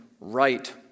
right